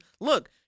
look